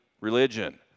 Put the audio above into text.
religion